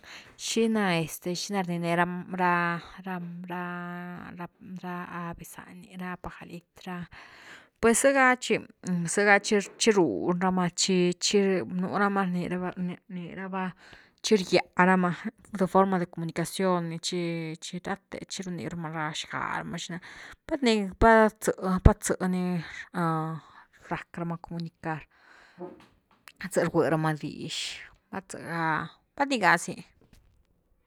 Xina este, xina rnine ra ma, ra-ra aves zá ni, ra pajarit ra, pues ze’ga chi, zega chi-chi run rama chi-chi nurama rni ra’va, rni-rni ra’va chi rgya rama th forma de comunicación ni chi-chi rathe chi runib rama xga ra’ma pat ni, pat zë–pat zë ni rac rama comunicar zë rgui rama dix, pat ze’ga, pat ní ga zy.